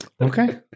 Okay